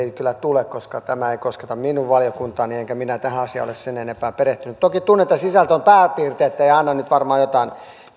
kyllä tule koska tämä ei kosketa minun valiokuntaani enkä minä tähän asiaan ole sen enempää perehtynyt toki tunnen tämän sisällön pääpiirteittäin ja annan nyt varmaan jotain